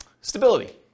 stability